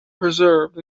preserved